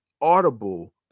audible